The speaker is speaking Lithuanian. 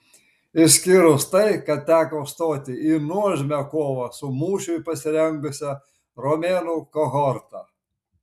išskyrus tai kad teko stoti į nuožmią kovą su mūšiui pasirengusia romėnų kohorta